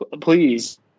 Please